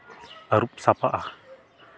ᱟᱹᱨᱩᱵ ᱥᱟᱯᱷᱟᱜᱼᱟ